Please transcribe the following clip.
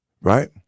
right